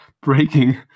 breaking